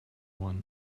one